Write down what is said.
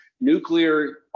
nuclear